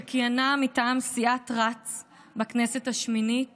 שכיהנה מטעם סיעת רצ בכנסת השמינית